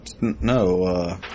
No